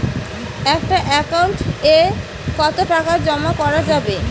একটা একাউন্ট এ কতো টাকা জমা করা যাবে?